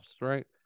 right